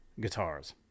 guitars